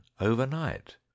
overnight